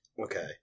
Okay